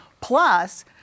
plus